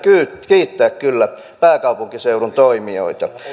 kiittää pääkaupunkiseudun toimijoita